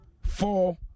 four